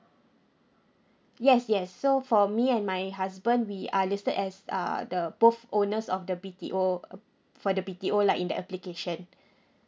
yes yes so for me and my husband we are listed as uh the both owners of the B_T_O for the B_T_O lah in the application